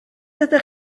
ydych